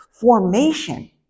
Formation